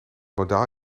modaal